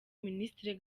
ministre